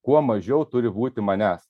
kuo mažiau turi būti manęs